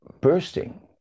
bursting